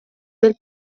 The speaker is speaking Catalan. del